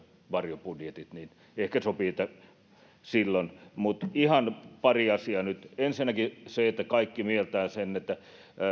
varjobudjetit ovat käsittelyssä ehkä sopii että silloin ihan pari asiaa nyt ensinnäkin se että kaikki mieltäisivät että